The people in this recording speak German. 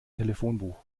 telefonbuch